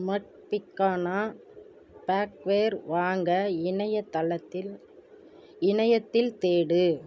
மட்பிக்கான bakeware வாங்க இணையதளத்தில் இணையத்தில் தேடு